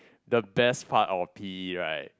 the best part of P_E right